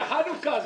זה חנוכה, אז